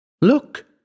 Look